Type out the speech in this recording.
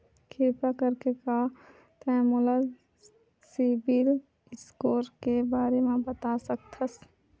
किरपा करके का तै मोला सीबिल स्कोर के बारे माँ बता सकथस?